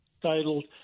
titled